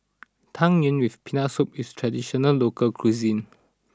Tang Yuen with Peanut Soup is traditional local cuisine